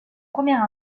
première